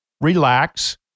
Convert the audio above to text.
relax